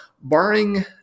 barring